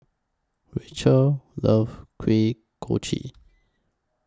Rachel loves Kuih Kochi